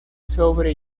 sobre